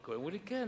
אמרו לי: כן,